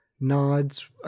nods